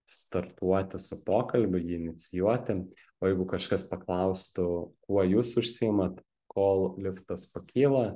startuoti su pokalbiu jį inicijuoti o jeigu kažkas paklaustų kuo jūs užsiimat kol liftas pakyla